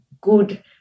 good